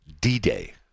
D-Day